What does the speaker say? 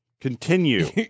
Continue